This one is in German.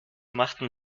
machten